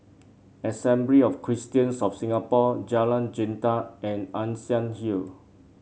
Assembly of Christians of Singapore Jalan Jintan and Ann Siang Hill